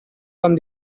tan